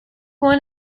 one